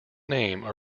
name